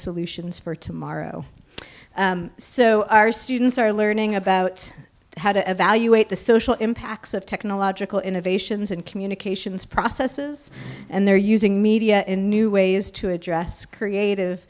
solutions for tomorrow so our students are learning about how to evaluate the social impacts of technological innovations and communications processes and they're using media in new ways to address creative